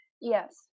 Yes